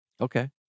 okay